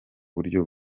buryo